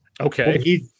Okay